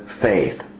faith